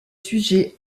sujets